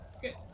Good